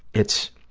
it's,